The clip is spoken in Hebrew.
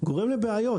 גורם לבעיות.